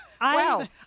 Wow